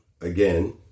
again